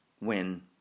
win